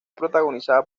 protagonizada